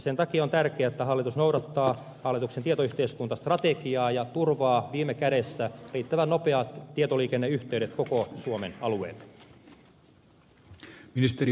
sen takia on tärkeää että hallitus noudattaa hallituksen tietoyhteiskuntastrategiaa ja turvaa viime kädessä riittävän nopeat tietoliikenneyhteydet koko suomen alueelle